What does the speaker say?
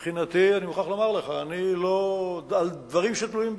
מבחינתי, אני מוכרח לומר לך על דברים שתלויים בי,